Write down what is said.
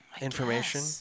information